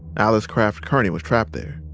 alice craft-kearney was trapped there.